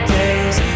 days